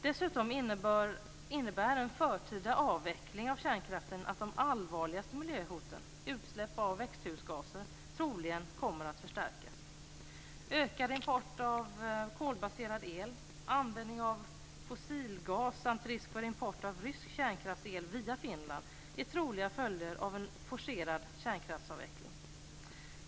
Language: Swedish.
Dessutom innebär en förtida avveckling av kärnkraften att de allvarligaste miljöhoten, utsläpp av växthusgaser, troligen kommer att förstärkas. Ökad import av kolbaserad el, användning av fossilgas samt risk för import av rysk kärnkraftsel via Finland är troliga följder av en forcerad kärnkraftsavveckling.